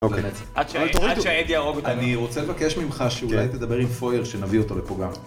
אוקיי. עד ש... עד שהאיידס יהרוג אותנו. אני רוצה לבקש ממך שאולי תדבר עם פויר שנביא אותו לפה גם.